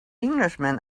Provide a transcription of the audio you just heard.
englishman